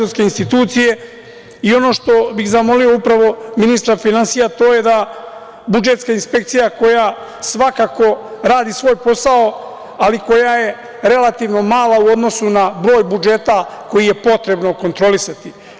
Ono što bih zamolio upravo ministra finansija, to je da budžetska inspekcija koja svakako radi svoj posao, ali koja je relativno mala u odnosu na broj budžeta koji je potrebno kontrolisati.